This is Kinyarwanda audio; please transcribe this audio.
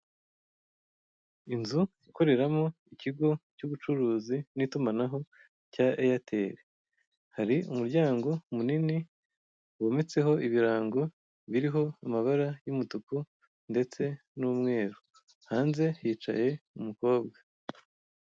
Inzu ikoreramo ikigo cy'ubucuruzi n'itumanaho cya eyateli. Hari umuryango munini wometseho ibirango biriho amabara y'umutuku ndetse n'umweru, hanze hicaye umukobwa.